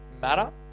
matter